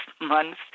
months